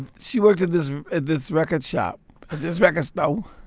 ah she worked at this this record shop this record you know